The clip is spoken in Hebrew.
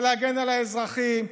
זה להגן על האזרחים,